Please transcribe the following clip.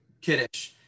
Kiddush